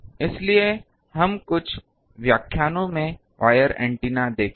इसलिए हम कुछ व्याख्यानों में वायर ऐन्टेना देखेंगे